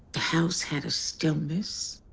the house had a stillness